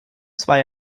zwei